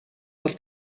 бол